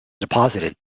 deposited